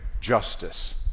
justice